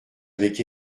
avec